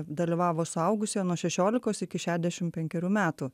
dalyvavo suaugusieji nuo šešiolikos iki šiadešimt penkerių metų